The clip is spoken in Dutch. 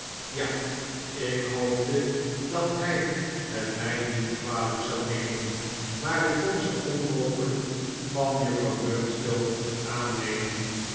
ja ik hoopte dat hij het mij niet kwalijk zou nemen maar ik kon ze onmogelijk van juffrouw murdstone aannemen